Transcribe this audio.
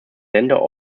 länder